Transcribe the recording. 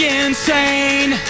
insane